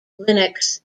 linux